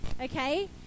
Okay